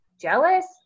jealous